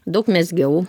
daug mezgiau